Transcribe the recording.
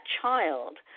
child